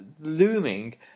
looming